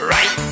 Right